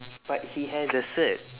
but he has the cert